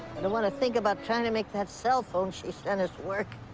and want to think about trying to make that cell phone she sent us work.